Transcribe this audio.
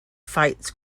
fights